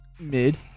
Mid